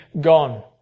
gone